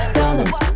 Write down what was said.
dollars